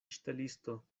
ŝtelisto